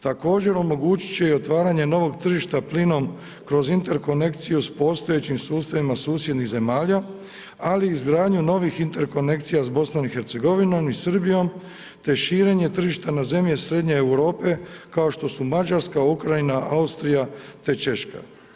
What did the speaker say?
Također omogućit će i otvaranje novog tržišta plinom kroz interkonekciju s postojećim sustavim susjednih zemalja ali i izgradnju novih interkonekcija sa BiH-om i Srbijom te širenje tržišta na zemlje srednje Europe kao što su Mađarska, Ukrajina, Austrija te Češka.